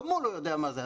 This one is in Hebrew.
גם הוא לא יודע מה זה,